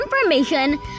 information